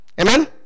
Amen